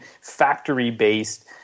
factory-based